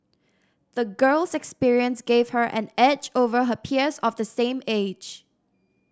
the girl's experience gave her an edge over her peers of the same age